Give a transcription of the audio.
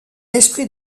esprit